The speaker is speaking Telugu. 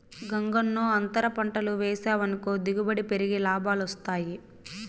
గంగన్నో, అంతర పంటలు వేసావనుకో దిగుబడి పెరిగి లాభాలొస్తాయి